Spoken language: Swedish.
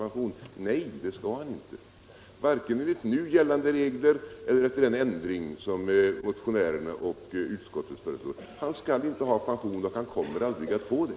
Svaret är: Nej, det skall han inte, vare sig enligt nu gällande regler eller efter den ändring som motionärerna och utskottsmajoriteten föreslår. Han skall inte ha pension, och han kommer heller aldrig att få det.